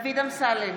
דוד אמסלם,